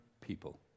people